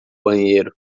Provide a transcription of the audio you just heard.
banheiro